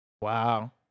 Wow